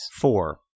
Four